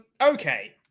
okay